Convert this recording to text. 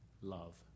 love